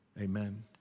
amen